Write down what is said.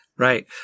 Right